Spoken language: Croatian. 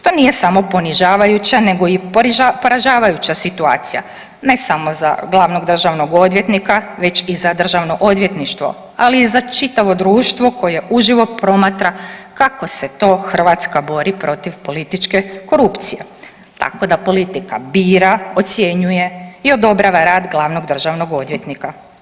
To nije samo ponižavajuća, nego i poražavajuća situacija ne samo za glavnog državnog odvjetnika, već i za Državno odvjetništvo, ali i za čitavo društvo koje u živo promatra kako se to Hrvatska bori protiv političke korupcije tako da politika bira, ocjenjuje i odobrava rad glavnog državnog odvjetnika.